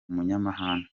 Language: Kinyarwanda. umunyamahane